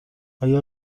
آیا